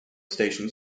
stations